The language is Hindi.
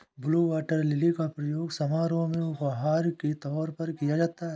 ब्लू वॉटर लिली का प्रयोग समारोह में उपहार के तौर पर किया जाता है